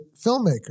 filmmaker